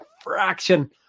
fraction